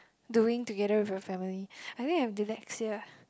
doing together with your family I think I have dyslexia